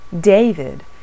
David